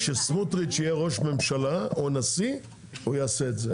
--- כשסמוטריץ' יהיה ראש ממשלה או נשיא הוא יעשה את זה,